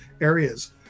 areas